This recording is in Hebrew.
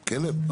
הכלב.